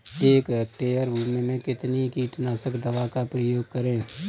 एक हेक्टेयर भूमि में कितनी कीटनाशक दवा का प्रयोग करें?